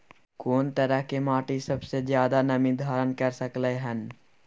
कोन तरह के माटी सबसे ज्यादा नमी धारण कर सकलय हन?